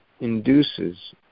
induces